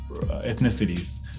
ethnicities